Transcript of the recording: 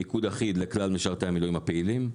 ניקוד אחיד לכלל משרתי המילואים הפעילים,